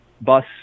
bus